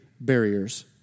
barriers